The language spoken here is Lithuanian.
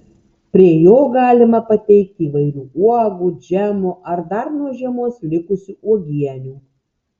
prie jo galima pateikti įvairių uogų džemų ar dar nuo žiemos likusių uogienių